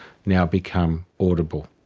now become audible.